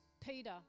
Peter